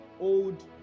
old